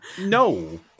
No